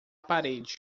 parede